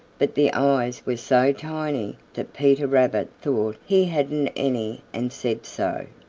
but the eyes were so tiny that peter rabbit thought he hadn't any and said so.